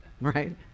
right